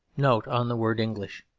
note on the word english